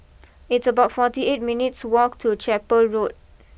it's about forty eight minutes walk to Chapel Road